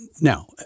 now